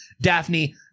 Daphne